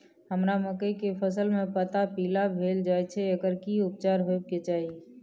हमरा मकई के फसल में पता पीला भेल जाय छै एकर की उपचार होबय के चाही?